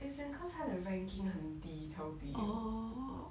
as in cause 他的 ranking 很低超底的